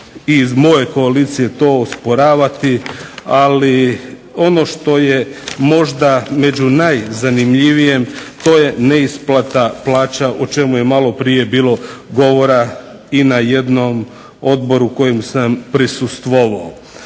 i iz moje koalicije to osporavati. Ali ono što je možda među najzanimljivijem to je neisplata plaća o čemu je malo prije bilo govora i na jednom odboru na kojem sam prisustvovao.